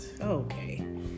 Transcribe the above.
okay